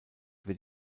wird